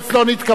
לא נתקבלה.